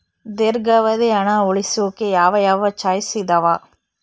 ದೇರ್ಘಾವಧಿ ಹಣ ಉಳಿಸೋಕೆ ಯಾವ ಯಾವ ಚಾಯ್ಸ್ ಇದಾವ?